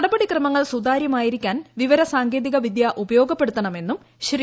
നടപടിക്രമങ്ങൾ സുതാര്യമായിരിക്കാൻ വിവര സാങ്കേതിക വിദ്യ ഉപയോഗപ്പെടുത്തണമെന്നും ശ്രീ